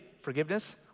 forgiveness